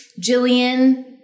Jillian